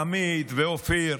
עמית ואופיר,